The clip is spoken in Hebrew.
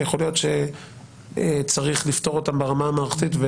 יכול להיות שצריך לפתור אותם ברמה המערכתית.